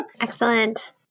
Excellent